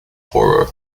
poorer